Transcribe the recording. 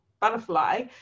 butterfly